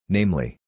Namely